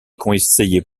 conseillers